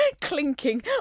Clinking